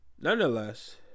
Nonetheless